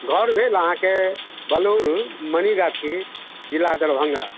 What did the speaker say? घर भेल अहाँकेँ बलौर मनीगाछी जिला दरभङ्गा